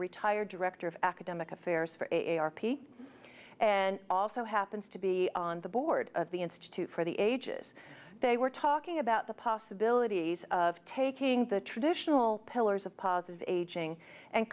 retired director of academic affairs for a harpy and also happens to be on the board of the institute for the ages they were talking about the possibilities of taking the traditional pillars of positive aging and